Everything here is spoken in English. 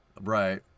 Right